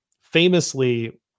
famously